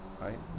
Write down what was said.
right